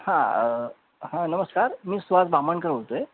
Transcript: हां हां नमस्कार मी सुहास बामणकर बोलतो आहे